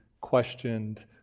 questioned